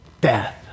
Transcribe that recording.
death